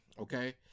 okay